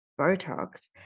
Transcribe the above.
Botox